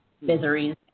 miseries